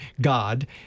God